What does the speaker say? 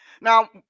Now